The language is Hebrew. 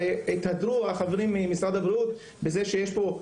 הרי התהדרו החברים ממשרד הבריאות בזה שיש פה,